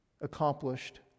accomplished